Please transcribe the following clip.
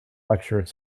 lecture